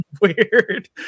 weird